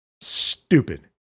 Stupid